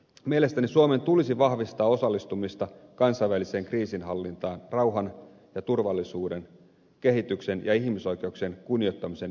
mielestäni suomen tulisi vahvistaa osallistumista kansainväliseen kriisinhallintaan rauhan ja turvallisuuden kehityksen ja ihmisoikeuksien kunnioittamisen edistämiseksi